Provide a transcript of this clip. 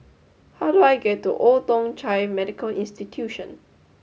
how do I get to Old Thong Chai Medical Institution